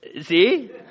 see